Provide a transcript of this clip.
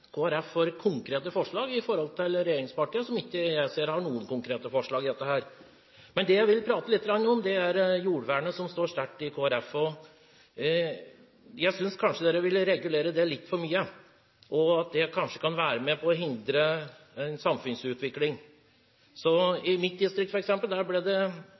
konkrete forslag i forhold til regjeringspartiene, som jeg ikke ser har noen konkrete forslag. Det jeg vil prate litt om, er jordvernet, som står sterkt i Kristelig Folkeparti. Jeg synes kanskje man vil regulere litt for mye, og det kan være med på å hindre en samfunnsutvikling. I mitt distrikt, f.eks., ble det